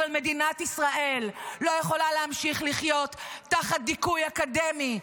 אבל מדינת ישראל לא יכולה להמשיך לחיות תחת דיכוי אקדמי.